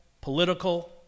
political